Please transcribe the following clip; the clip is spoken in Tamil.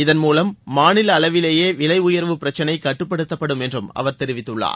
இதன் மூலம் மாநில அளவிலேயே விலை உயர்வு பிரச்னை கட்டுப்படுத்தப்படும் என்று அவர் தெரிவித்துள்ளார்